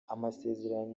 amasezerano